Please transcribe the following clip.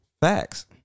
facts